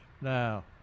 Now